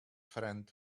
friend